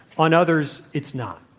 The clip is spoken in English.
on others, it's not,